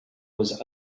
was